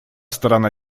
сторона